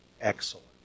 excellent